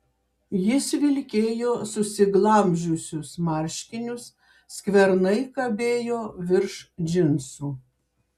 jis vilkėjo susiglamžiusius marškinius skvernai kabėjo virš džinsų